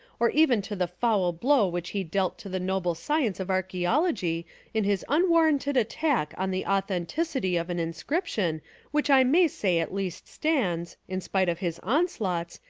or even to the foul blow which he dealt to the noble science of archaeology in his unwarranted attack on the authenticity of an inscription which i may say at least stands, in spite of his onslaughts,